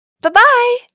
Bye-bye